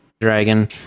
dragon